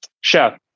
chef